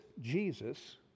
Jesus